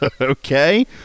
Okay